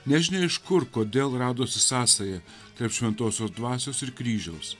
nežinia iš kur kodėl radosi sąsaja tarp šventosios dvasios ir kryžiaus